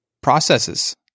Processes